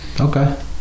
Okay